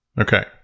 Okay